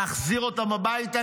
להחזיר אותם הביתה,